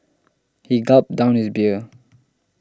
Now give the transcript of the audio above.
he gulped down his beer